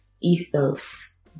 ethos